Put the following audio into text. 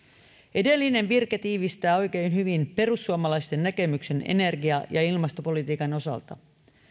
edellinen virke tiivistää oikein hyvin perussuomalaisten näkemyksen energia ja ilmastopolitiikan osalta